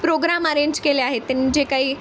programme arrange केले आहेत त्यांनी जे काही